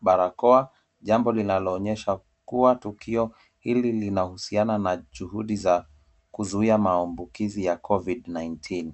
barakoa, jambo linaloonyesha kuwa tukio hili linahusiana na juhudi za kuzuia maambukizi ya Covid-19 .